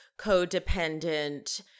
codependent